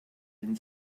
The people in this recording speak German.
den